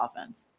offense